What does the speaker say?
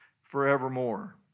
forevermore